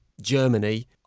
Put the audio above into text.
Germany